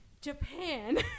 Japan